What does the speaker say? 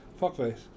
Fuckface